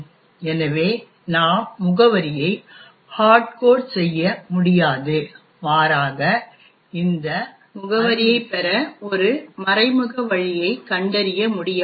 எனவே நாம் முகவரியை ஹார்ட்கோட் செய்ய முடியாது மாறாக இந்த அறிவுறுத்தலின் முகவரியைப் பெற ஒரு மறைமுக வழியைக் கண்டறிய முடியாது